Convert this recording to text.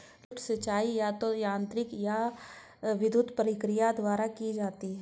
lift सिंचाई या तो यांत्रिक या विद्युत प्रक्रिया द्वारा की जाती है